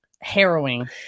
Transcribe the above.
harrowing